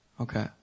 Okay